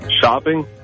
Shopping